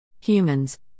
Humans